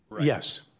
Yes